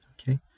Okay